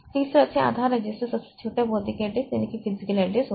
तो इस तरह से आधार रजिस्टर सबसे छोटा भौतिक एड्रेस होगा